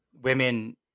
women